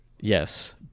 yes